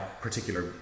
particular